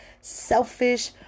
selfish